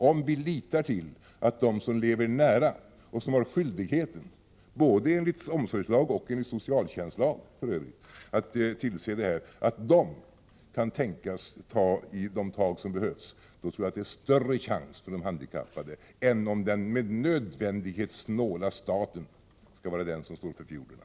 Om vi litar till att de som lever nära de handikappade och som — både enligt omsorgslag och enligt socialtjänstlag — har skyldighet att tillse dessa förhållanden tar de tag som behövs, då tror jag att det finns större chanser för de handikappade än om den med nödvändighet snåla staten skall stå för fiolerna.